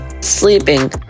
sleeping